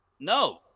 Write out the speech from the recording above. No